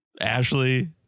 Ashley